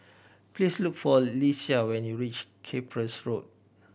please look for Lesia when you reach Cyprus Road